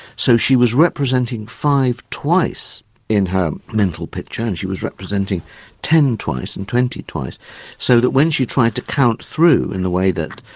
so she was representing five twice in her mental picture and she was representing ten twice and twenty twice so that when she tried to count through in the way that,